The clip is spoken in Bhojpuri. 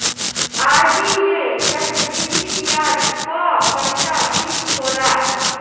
आर.डी में चक्रवृद्धि बियाज पअ पईसा फिक्स होला